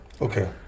okay